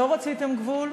לא רציתם גבול,